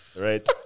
Right